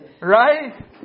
Right